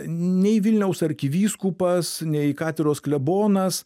nei vilniaus arkivyskupas nei katedros klebonas